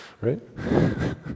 Right